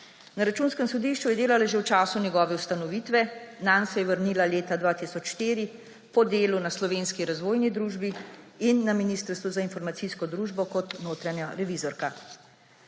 Na Računskem sodišču je delala že v času njegove ustanovitve. Nanj se je vrnila leta 2004 po delu na Slovenski razvojni družbi in na Ministrstvu za informacijsko družbo kot notranja revizorka.